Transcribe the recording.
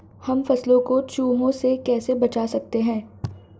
हम फसलों को चूहों से कैसे बचा सकते हैं?